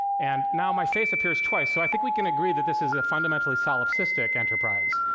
and now my face appears twice, so i think we can agree that this is a fundamentally solipsistic enterprise.